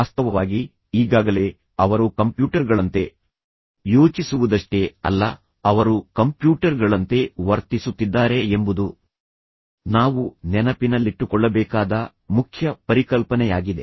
ವಾಸ್ತವವಾಗಿ ಈಗಾಗಲೇ ಅವರು ಕಂಪ್ಯೂಟರ್ಗಳಂತೆ ಯೋಚಿಸುವುದಷ್ಟೇ ಅಲ್ಲ ಅವರು ಕಂಪ್ಯೂಟರ್ಗಳಂತೆ ವರ್ತಿಸುತ್ತಿದ್ದಾರೆ ಎಂಬುದು ನಾವು ನೆನಪಿನಲ್ಲಿಟ್ಟುಕೊಳ್ಳಬೇಕಾದ ಮುಖ್ಯ ಪರಿಕಲ್ಪನೆಯಾಗಿದೆ